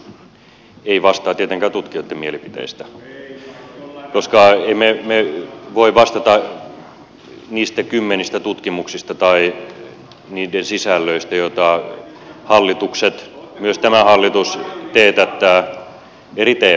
hallitus ei vastaa tietenkään tutkijoitten mielipiteistä koska emme me voi vastata niistä kymmenistä tutkimuksista tai niiden sisällöistä joita hallitukset myös tämä hallitus teetättää eri teemoista